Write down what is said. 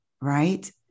right